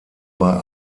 bei